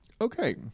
Okay